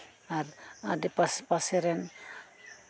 ᱟᱨ ᱟᱰᱮ ᱯᱟᱥᱮ ᱨᱮᱱ